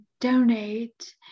donate